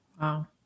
Wow